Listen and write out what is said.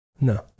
No